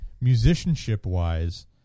musicianship-wise